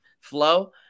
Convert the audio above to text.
flow